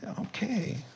Okay